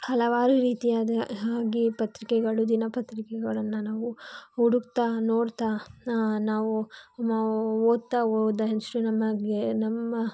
ಹಲವಾರು ರೀತಿಯಾದ ಹಾಗೆ ಪತ್ರಿಕೆಗಳು ದಿನಪತ್ರಿಕೆಗಳನ್ನು ನಾವು ಹುಡುಕ್ತಾ ನೋಡ್ತಾ ನಾವು ನಾವು ಓದ್ತಾ ಹೋದಷ್ಟು ನಮಗೆ ನಮ್ಮ